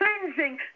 cleansing